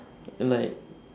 like